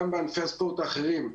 גם בענפי הספורט האחרים,